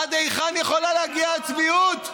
עד היכן יכולה להגיע הצביעות?